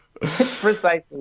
precisely